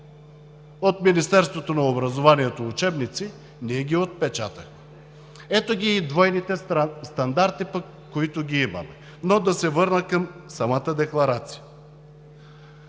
от Министерството на образованието и науката учебници ги отпечатахме. Ето ги и двойните стандарти пък, които ги има, но да се върна към самата декларация.